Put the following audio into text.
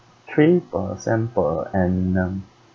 three percent per annum